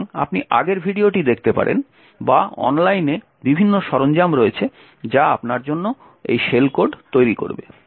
সুতরাং আপনি আগের ভিডিওটি দেখতে পারেন বা অনলাইনে বিভিন্ন সরঞ্জাম রয়েছে যা আপনার জন্য এই শেল কোড তৈরি করবে